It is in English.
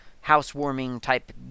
housewarming-type